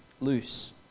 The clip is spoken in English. loose